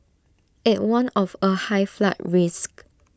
IT warned of A high flood risk